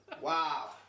Wow